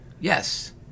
yes